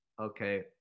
Okay